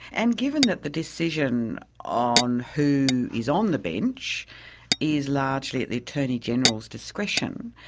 and given that the decision on who is on the bench is largely at the attorney general's discretion,